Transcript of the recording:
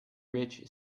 rich